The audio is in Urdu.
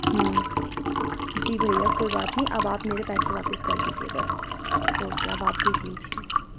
جی بھیا کوئی بات نہیں اب آپ میرے پیسے واپس کر دیجیے بس اوکے اب آپ دیکھ لیجیے